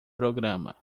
programa